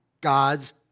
God's